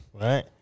right